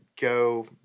go